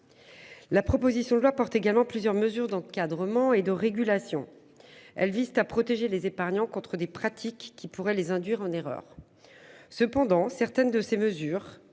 La proposition de loi porte également plusieurs mesures d'encadrement et de régulation. Elle vise à protéger les épargnants contre des pratiques qui pourraient les induire en erreur. Cependant, certaines de ces mesures